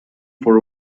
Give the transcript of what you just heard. for